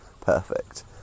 perfect